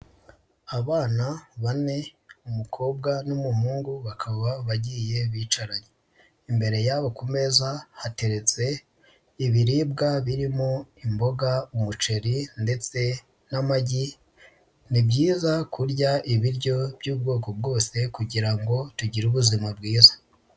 Abana bane, umukobwa n'umuhungu, bakaba bagiye bicanya. Imbere yabo ku meza hateretse, ibiribwa birimo imboga, umuceri ndetse n'amagi, ni byiza kurya ibiryo by'ubwoko bwose kugira ngo tugire ubuzima bwiza.